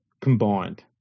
combined